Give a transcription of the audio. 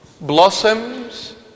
blossoms